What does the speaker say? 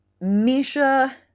Misha